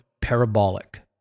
parabolic